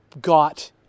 got